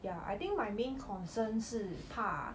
ya I think my main concern 是怕